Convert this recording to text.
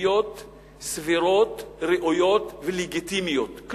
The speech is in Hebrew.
ציפיות סבירות, ראויות ולגיטימיות של החוואים.